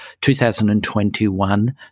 2021